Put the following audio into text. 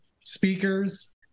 speakers